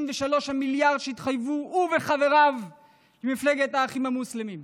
המיליארד שהתחייבו הוא וחבריו למפלגת האחים המוסלמים.